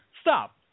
Stop